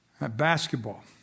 basketball